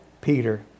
Peter